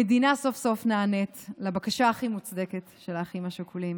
המדינה סוף-סוף נענית לבקשה הכי מוצדקת של האחים השכולים.